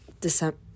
December